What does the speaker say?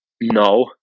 No